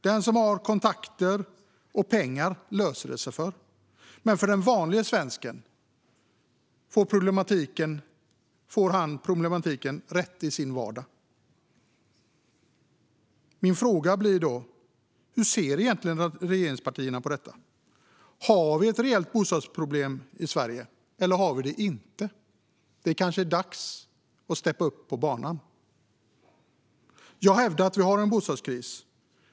Den som har kontakter och pengar löser det sig för, men den vanlige svensken får problematiken rätt i sin vardag. Min fråga blir då: Hur ser egentligen regeringspartierna på detta? Har vi ett reellt bostadsproblem i Sverige eller har vi det inte? Det kanske är dags att steppa upp på banan. Jag hävdar att vi har en bostadskris.